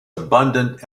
abundant